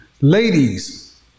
Ladies